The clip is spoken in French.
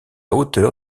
hauteur